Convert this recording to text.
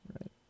right